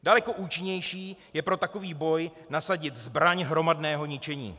Daleko účinnější je pro takový boj nasadit zbraň hromadného ničení.